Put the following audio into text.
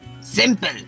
Simple